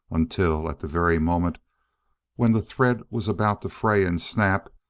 until, at the very moment when the thread was about to fray and snap,